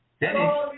Dennis